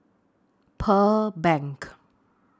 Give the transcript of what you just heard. Pearl Bank